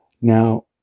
Now